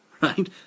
right